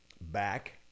back